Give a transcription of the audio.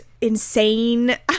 insane